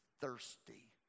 thirsty